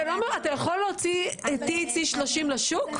אתה יכול להוציא THC-30 לשוק?